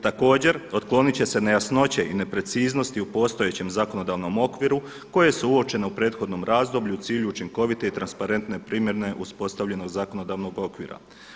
Također otklonit će se nejasnoće i nepreciznosti u postojećem zakonodavnom okviru koje su uočene u prethodnom razdoblju u cilju učinkovite i transparentne primjene uspostavljenog zakonodavnog okvira.